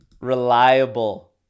reliable